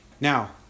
Now